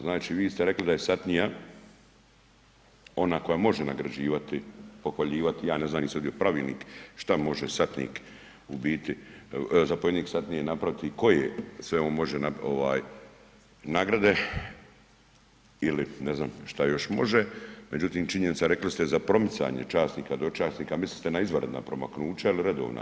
Znači, vi ste rekli da je satnija ona koja može nagrađivati, pohvaljivati, ja ne znam, nisam vidio pravilnik šta može satnik u biti, zapovjednik satnije napraviti i koje sve on može nagrade ili ne znam šta još može, međutim činjenica, rekli ste za promicanje časnika, dočasnika, mislili ste na izvanredna promaknuća ili redovna?